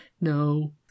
no